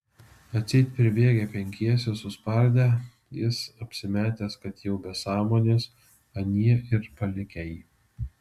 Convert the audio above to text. atseit pribėgę penkiese suspardę jis apsimetęs kad jau be sąmonės anie ir palikę jį